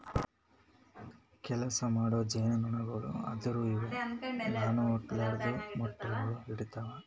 ಕೆಲಸ ಮಾಡೋ ಜೇನುನೊಣಗೊಳು ಅಂದುರ್ ಇವು ಇನಾ ಹುಟ್ಲಾರ್ದು ಮೊಟ್ಟೆಗೊಳ್ ಇಡ್ತಾವ್